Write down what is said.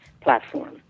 platform